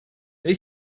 they